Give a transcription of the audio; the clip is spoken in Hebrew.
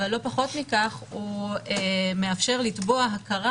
אבל לא פחות מכך הוא מאפשר לתבוע הכרה